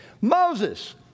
Moses